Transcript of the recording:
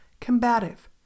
combative